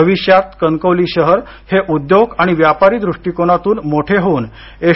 भविष्यात कणकवली शहर हे उद्योंग आणि व्यापारी दृष्टीकोनातून मोठे होवून एस